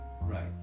Right